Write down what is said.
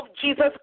Jesus